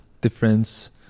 difference